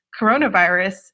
coronavirus